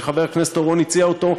כשחבר הכנסת אורון הציע אותו,